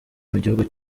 mugihugu